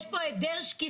יש פה היעדר שקיפות.